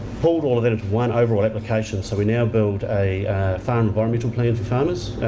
pulled all of that into one overall application. so we now build a farm environmental plan for farmers,